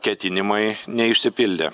ketinimai neišsipildė